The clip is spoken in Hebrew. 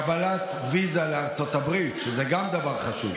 מקבלת ויזה לארצות הברית, שגם זה דבר חשוב.